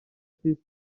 peace